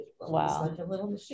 Wow